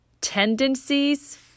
tendencies